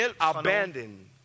Abandoned